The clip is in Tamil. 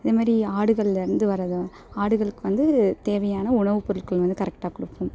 இதைமாரி ஆடுகள்ல இருந்து வரதும் ஆடுகளுக்கு வந்து தேவையான உணவு பொருட்கள் வந்து கரெக்டாக கொடுப்போம்